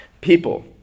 people